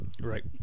Right